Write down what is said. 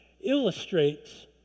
illustrates